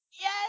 Yes